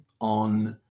on